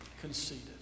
conceited